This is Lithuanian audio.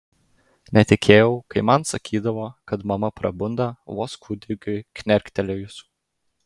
netikėjau kai man sakydavo kad mama prabunda vos kūdikiui knerktelėjus